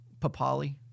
Papali